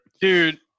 Dude